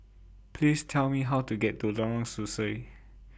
Please Tell Me How to get to Lorong Sesuai